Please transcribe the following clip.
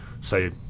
say